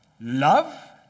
love